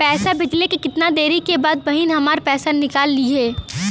पैसा भेजले के कितना देरी के बाद बहिन हमार पैसा निकाल लिहे?